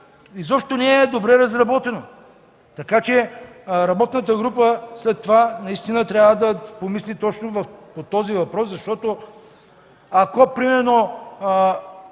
изобщо не е добре разработено. Така че работната група след това наистина трябва да помисли точно по този въпрос, защото, ако има